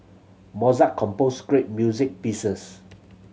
Mozart composed great music pieces